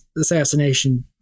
assassination